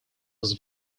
was